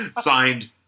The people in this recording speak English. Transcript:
signed